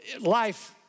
Life